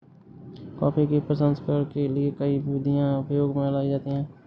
coffee के प्रसंस्करण के लिए कई विधियां प्रयोग में लाई जाती हैं